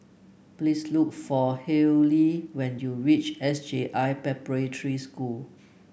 please look for Hayley when you reach S J I Preparatory School